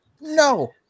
No